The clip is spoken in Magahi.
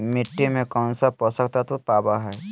मिट्टी में कौन से पोषक तत्व पावय हैय?